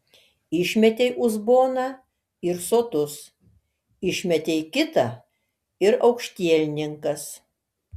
išmetei uzboną ir sotus išmetei kitą ir aukštielninkas